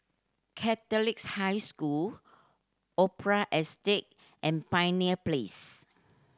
Catholic's High School Opera Estate and Pioneer Place